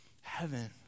heaven